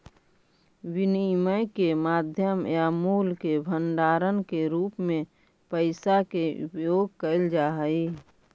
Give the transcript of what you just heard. विनिमय के माध्यम या मूल्य के भंडारण के रूप में पैसा के उपयोग कैल जा हई